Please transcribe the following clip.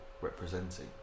representing